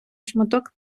шматок